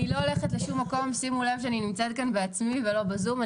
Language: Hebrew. אני לא הולכת לשום מקום שימו לב שאני נמצאת כאן בעצמי ולא בזום.